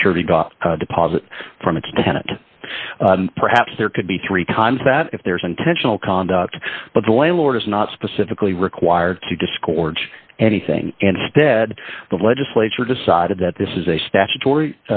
security guard deposit from a tenant perhaps there could be three times that if there is intentional conduct but the landlord is not specifically required to discords anything and stead the legislature decided that this is a statutory